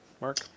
Mark